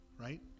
right